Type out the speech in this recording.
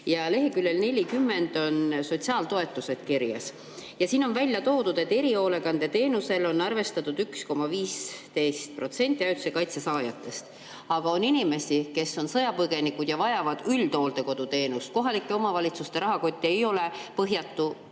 Leheküljel 40 on sotsiaaltoetused kirjas. Siin on välja toodud, et erihoolekandeteenuse saajateks on arvestatud 1,15% ajutise kaitse saajatest. Aga on inimesi, kes on sõjapõgenikud ja vajavad üldhooldekodu teenust. Kohalike omavalitsuste rahakott ei ole põhjatu.